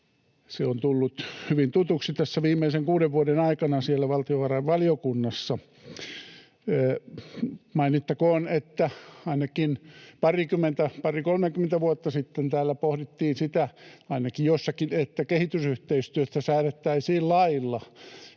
Se on tullut hyvin tutuksi tässä viimeisen kuuden vuoden aikana siellä valtiovarainvaliokunnassa. Mainittakoon, että ainakin pari—kolmekymmentä vuotta sitten täällä pohdittiin sitä, ainakin jossakin, että kehitysyhteistyöstä säädettäisiin lailla,